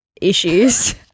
issues